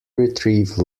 retrieve